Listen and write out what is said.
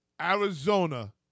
Arizona